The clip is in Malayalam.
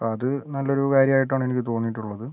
അത് നല്ലൊരു കാര്യമായിട്ടാണ് എനിക്ക് തോന്നിയിട്ടുള്ളത്